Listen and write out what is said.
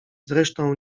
zresztą